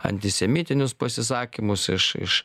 antisemitinius pasisakymus iš iš